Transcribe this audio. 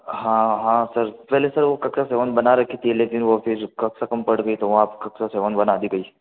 हाँ हाँ सर पहले सर वो कक्षा सेवन बना रखी थी लेकिन वो फिर कक्षा कम पड़ गई तो वहाँ कक्षा सेवन बना दी गई